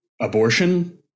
abortion